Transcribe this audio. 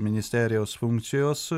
ministerijos funkcijos